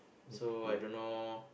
so I don't know